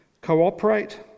cooperate